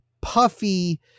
puffy